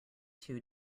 two